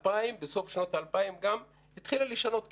בסוף שנות האלפיים גם, התחילה לשנות כיוון.